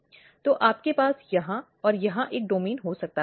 तो आपके पास यहाँ और यहाँ एक डोमेन हो सकता है